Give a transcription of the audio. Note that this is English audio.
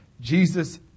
Jesus